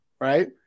right